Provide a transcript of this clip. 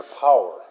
power